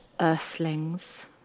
earthlings